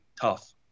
tough